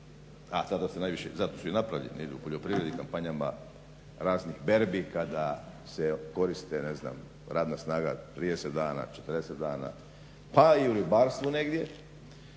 u kampanjama, a zato su i napravljeni jer je u poljoprivrednim kampanjama raznih berbi kada se koriste radna snaga 30, 40 dana pa i u ribarstvu negdje.